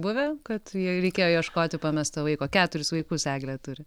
buvę kad jai reikėjo ieškoti pamesto vaiko keturis vaikus eglė turi